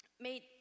made